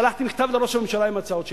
ששלחתי מכתב לראש הממשלה עם ההצעות שלי,